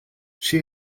she